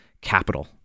capital